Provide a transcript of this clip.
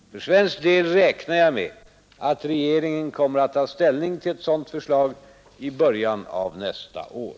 För svensk del räknar jag med att regeringen kommer att ta ställning till ett sadant förslag i början av nästa är.